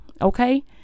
Okay